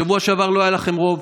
בשבוע שעבר לא היה לכם רוב,